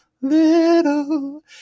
Little